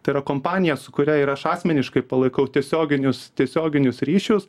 tai yra kompanija su kuria ir aš asmeniškai palaikau tiesioginius tiesioginius ryšius